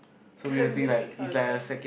karang guni culture